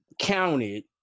counted